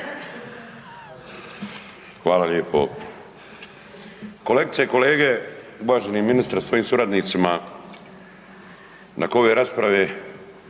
Hvala lijepo. Kolegice i kolege. Uvaženi ministre sa svojim suradnicima. Nakon ove rasprave,